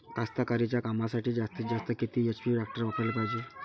कास्तकारीच्या कामासाठी जास्तीत जास्त किती एच.पी टॅक्टर वापराले पायजे?